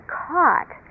caught